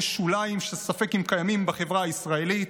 שוליים שספק אם קיימים בחברה הישראלית,